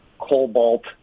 cobalt